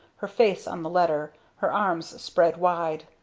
her face on the letter her arms spread wide.